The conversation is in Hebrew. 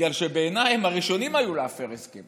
בגלל שבעיניי הם היו הראשונים להפר הסכם